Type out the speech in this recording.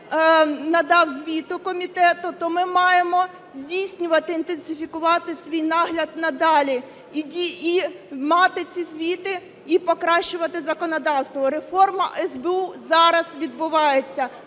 надав звіту комітету, то ми маємо здійснювати, інтенсифікувати свій нагляд надалі і мати ці звіти і покращувати законодавство. Реформа СБУ зараз відбувається.